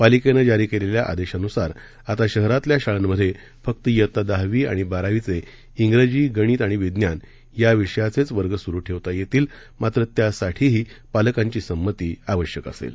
पालिकेनं जारी केलेल्या आदेशानुसार आता शहरातल्या शाळांमधे फक्त इयत्ता दहावी आणि बारावीचे इंग्रजी गणित आणि विज्ञान या विषयाचेच वर्ग सुरु ठेवता येतील मात्र त्यासाठीही पालकांची संमती आवश्यक असेल